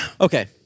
Okay